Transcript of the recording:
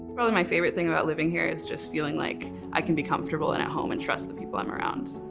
probably my favorite thing about living here is just feeling like i can be comfortable and at home and trust the people i'm around.